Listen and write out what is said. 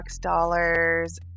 Dollars